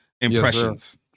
Impressions